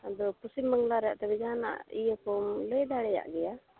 ᱟᱫᱚ ᱯᱚᱥᱪᱤᱢ ᱵᱟᱝᱞᱟ ᱨᱮ ᱟᱯᱮ ᱫᱚ ᱡᱟᱦᱟᱱᱟᱜ ᱤᱭᱟᱹ ᱠᱚᱢ ᱞᱟᱹᱭ ᱫᱟᱲᱮᱭᱟᱜ ᱜᱮᱭᱟ